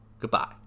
Goodbye